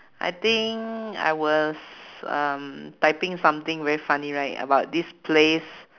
I think I was um typing something very funny right about this place